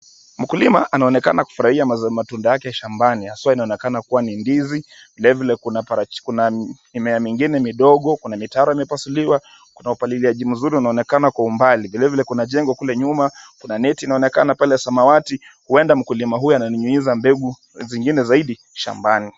Mkulima anaonekana kufurahia matunda yake ya shambani haswa inaonekana kuwa ni ndizi, vilevile kuna mimea mingine midogo, kuna mitaro imepasuliwa, kuna upaliliaji mzuri unaonekana kwa umbali. Vilevile kuna jengo kule nyuma , kuna neti inaonekana pale ya samawati huenda mkulima huyu ana nyunyizia mbegu zengine shambani.